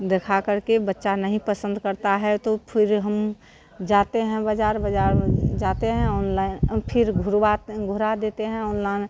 दिखाकर के बच्चा नहीं पसंद करता है तो फिर हम जाते हैं बाज़ार बाज़ार में जाते हैं ऑनलइन फिर घुरवाते घुरा देते हैं ऑनलन